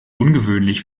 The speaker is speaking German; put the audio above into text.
ungewöhnlich